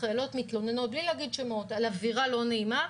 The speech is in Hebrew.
שחיילים מתלוננות בלי להגיד שמות על אווירה לא נעימה,